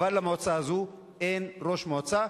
אבל למועצה הזאת אין ראש מועצה.